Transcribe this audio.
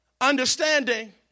Understanding